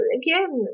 again